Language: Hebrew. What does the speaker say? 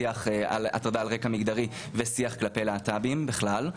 שיח על הטרדה על רקע מגרדי ושיח להט"בים בכלל.